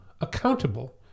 accountable